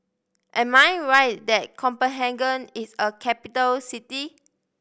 am I right that Copenhagen is a capital city